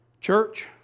Church